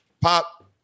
pop